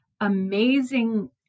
amazing